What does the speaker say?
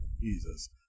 Jesus